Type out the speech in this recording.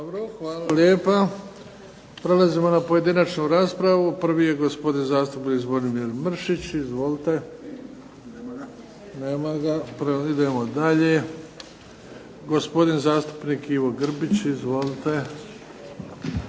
Dobro, hvala lijepa. Prelazimo na pojedinačnu raspravu. Prvi je gospodin zastupnik Zvonimir Mršić. Izvolite. Nema ga. Idemo dalje. Gospodin zastupnik Ivo Grbić, izvolite.